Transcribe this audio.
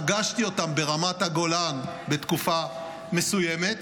פגשתי אותם ברמת הגולן בתקופה מסוימת,